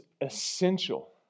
essential